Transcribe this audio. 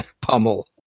pummel